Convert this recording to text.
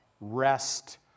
rest